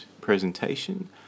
presentation